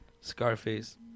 Scarface